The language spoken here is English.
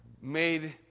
made